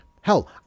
Hell